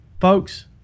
folks –